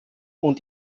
und